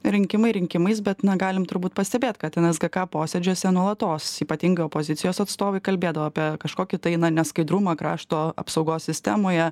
rinkimai rinkimais bet na galim turbūt pastebėt kad nsgk posėdžiuose nuolatos ypatingai opozicijos atstovai kalbėdavo apie kažkokį tai neskaidrumą krašto apsaugos sistemoje